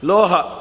Loha